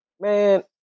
Man